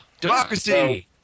Democracy